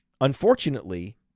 unfortunately